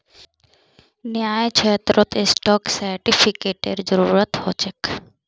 न्यायक्षेत्रत स्टाक सेर्टिफ़िकेटेर जरूरत ह छे